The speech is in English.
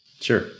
Sure